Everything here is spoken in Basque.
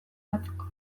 batzuk